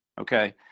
Okay